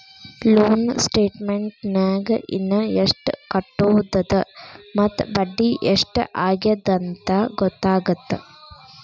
loan ಸ್ಟೇಟಮೆಂಟ್ನ್ಯಾಗ ಇನ ಎಷ್ಟ್ ಕಟ್ಟೋದದ ಮತ್ತ ಬಡ್ಡಿ ಎಷ್ಟ್ ಆಗ್ಯದಂತ ಗೊತ್ತಾಗತ್ತ